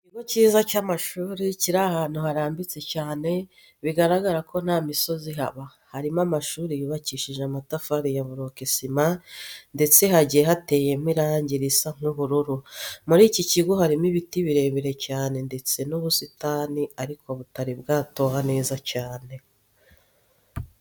Ikigo cyiza cy'amashuri kiri ahantu harambitse cyane bigaragara ko nta misozi ihaba, harimo amashuri yubakishije amatafari ya burokesima ndetse hagiye hateyemo irangi risa nk'ubururu. Muri iki kigo harimo ibiti birebire cyane ndetse n'ubusitani ariko butari bwatoha neza cyane.